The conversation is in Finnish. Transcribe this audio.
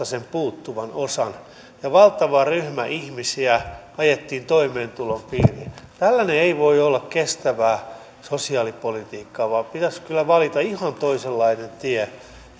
sen puuttuvan osan ja valtava ryhmä ihmisiä ajettiin toimeentulotuen piiriin tällainen ei voi olla kestävää sosiaalipolitiikkaa vaan pitäisi valita ihan toisenlainen tie